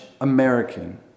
American